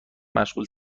مشغول